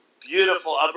beautiful